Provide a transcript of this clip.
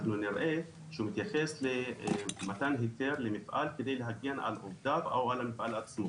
אנחנו נראה שהוא מתייחס למתן היתר למפעל כדי להגן על עובדיו או על עצמו,